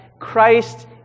Christ